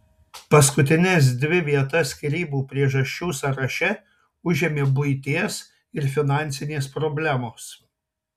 paskutines dvi vietas skyrybų priežasčių sąraše užėmė buities ir finansinės problemos